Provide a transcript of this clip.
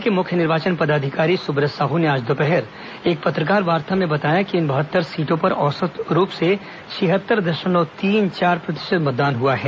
राज्य के मुख्य निर्वाचन पदाधिकारी सुब्रत साहू ने आज दोपहर एक पत्रकारवार्ता में बताया कि इन बहत्तर सीटों पर औसत रूप से छिहत्तर दशमलव तीन चार प्रतिशत मतदान हुआ है